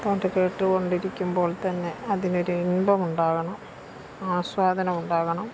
പാട്ട് കേട്ടുകൊണ്ടിരിക്കുമ്പോൾ തന്നെ അതിനൊരു ഇമ്പമുണ്ടാകണം ആസ്വാദനമുണ്ടാകണം